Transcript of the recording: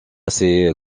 ces